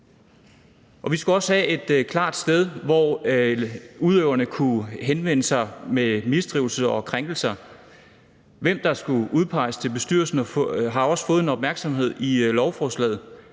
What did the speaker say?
Vi skulle også have et klart sted, hvor udøverne kunne henvende sig om mistrivsel og krænkelser. Hvem der skulle udpeges til bestyrelsen, har også fået en opmærksomhed i lovforslaget,